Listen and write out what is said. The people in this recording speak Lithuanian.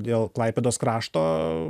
dėl klaipėdos krašto